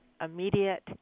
immediate